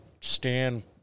stand